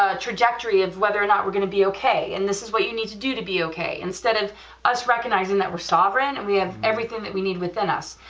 ah trajectory of whether or not we're gonna be okay, and this is what you need to do to be okay, instead of us recognizing that we're sovereign and we have everything that we need within us,